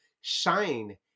shine